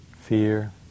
fear